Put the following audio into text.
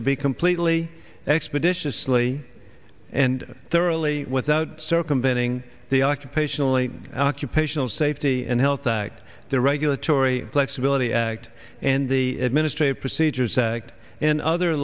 to be completely expeditiously and thoroughly without circumventing the occupationally occupational safety and health act the regulatory flexibility act and the administrative procedures act and other